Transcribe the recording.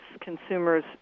consumers